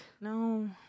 no